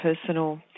personal